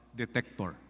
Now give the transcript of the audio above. detector